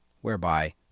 whereby